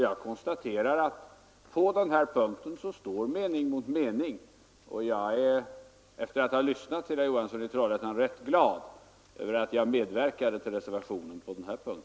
Jag konstaterar att här står mening mot mening, och efter att ha lyssnat på herr Johansson i Trollhättan är jag rätt glad över att jag medverkat till reservationen vid denna punkt.